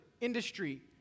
industry